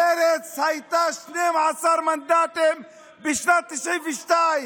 מרצ הייתה 12 מנדטים בשנת 1992,